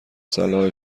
صلاح